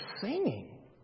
singing